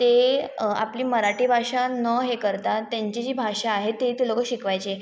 ते आपली मराठी भाषा न हे करता त्यांची जी भाषा आहे ते ते लोकं शिकवायचे